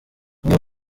umwe